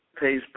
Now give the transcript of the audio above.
Facebook